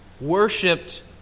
worshipped